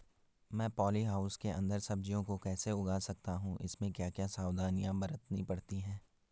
मैं poly house के अन्दर सब्जियों को कैसे उगा सकता हूँ इसमें क्या क्या सावधानियाँ बरतनी पड़ती है?